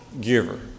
giver